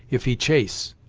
if he chase!